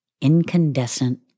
incandescent